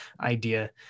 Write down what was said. idea